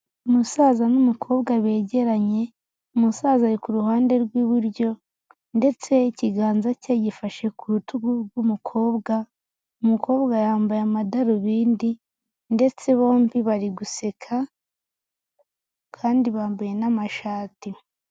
Umusaza n'umukobwa begeranye, umusaza ari ku ruhande rw'iburyo ndetse ikiganza ke gifashe ku rutugu rw'umukobwa, umukobwa yambaye amadarubindi ndetse bombi bari guseka kandi bambaye n'amashati.